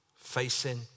facing